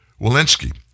Walensky